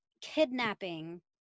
kidnapping